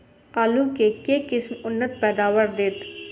आलु केँ के किसिम उन्नत पैदावार देत?